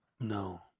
No